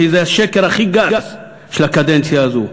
כי זה השקר הכי גס של הקדנציה הזו.